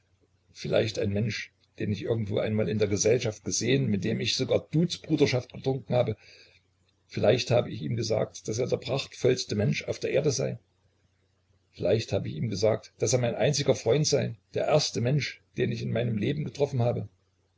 vielleicht ein mensch den ich irgendwo einmal in der gesellschaft gesehen mit dem ich sogar duzbruderschaft getrunken habe vielleicht hab ich ihm gesagt daß er der prachtvollste mensch auf erden sei vielleicht hab ich ihm gesagt daß er mein einziger freund sei der erste mensch den ich in meinem leben getroffen habe